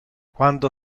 quando